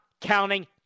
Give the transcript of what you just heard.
counting